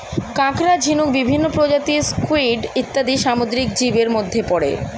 কাঁকড়া, ঝিনুক, বিভিন্ন প্রজাতির স্কুইড ইত্যাদি সামুদ্রিক জীবের মধ্যে পড়ে